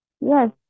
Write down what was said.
Yes